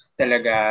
talaga